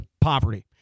poverty